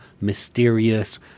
mysterious